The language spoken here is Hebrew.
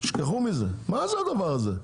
תשכחו מזה, מה זה הדבר הזה?